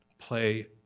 play